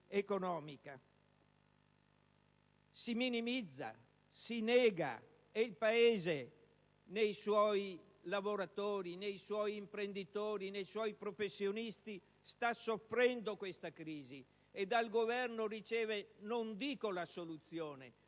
Si minimizza, si nega. Il Paese, nei suoi lavoratori, nei suoi imprenditori, nei suoi professionisti, sta soffrendo questa crisi e dal Governo non riceve non dico la soluzione,